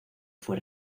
fue